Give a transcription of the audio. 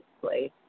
place